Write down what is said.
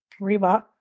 Reebok